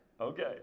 Okay